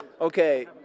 Okay